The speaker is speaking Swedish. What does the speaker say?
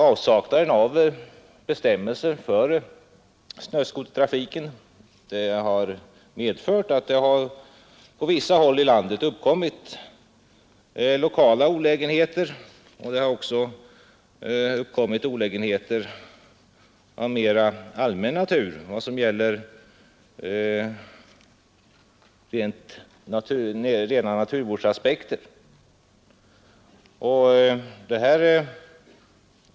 Avsaknaden av bestämmelser för snöskotertrafiken har medfört att det på vissa håll i landet uppstått både lokala olägenheter och olägenheter ur allmän naturvårdssynpunkt.